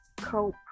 cope